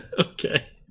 Okay